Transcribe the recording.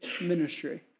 ministry